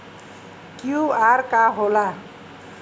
QR का होला?